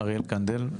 אריאל קנדל,